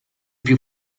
più